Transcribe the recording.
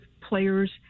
players